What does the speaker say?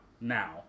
now